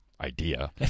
idea